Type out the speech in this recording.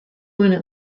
meiner